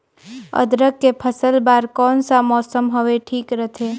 अदरक के फसल बार कोन सा मौसम हवे ठीक रथे?